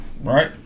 right